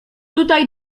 tutaj